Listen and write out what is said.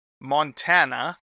Montana